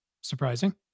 surprising